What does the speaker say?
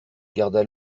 garda